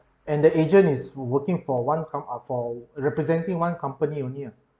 and the agent is working for one com~ uh for representing one company only ah